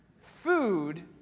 Food